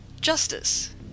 Justice